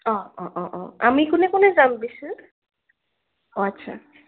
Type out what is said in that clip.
অঁ অঁ অঁ অঁ আমি কোনে কোনে যাম অঁ আচ্ছা